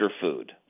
food